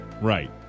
Right